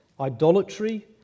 idolatry